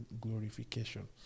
glorification